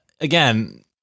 again